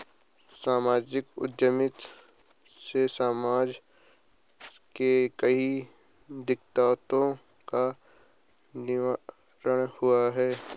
सामाजिक उद्यमिता से समाज के कई दिकक्तों का निवारण हुआ है